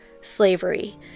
slavery